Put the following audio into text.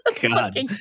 God